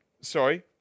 sorry